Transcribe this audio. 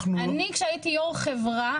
כשהייתי יו"ר חברה,